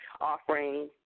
offering